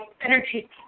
energy